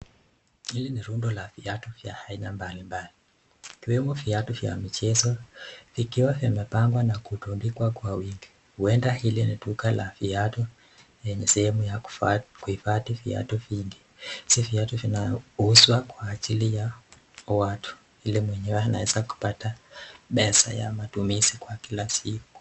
Hili ni rundo la viatu vya aina mbali mbali, ikiwemo viatu vya michezo vikiwa vimepangwa na kutundikwa kwa wingi. Huenda hili ni duka la viatu, lenye sehemu ya kuhifadhi viatu vingi, si viatu zinauzwa kwa ajili ya watu, ili mwenyewe anaeza kupata pesa ya matumizi kwa kila siku.